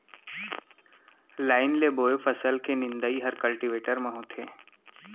line ले बोए फसल के निंदई हर कल्टीवेटर म होथे